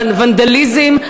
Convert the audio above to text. בוונדליזם,